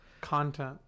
content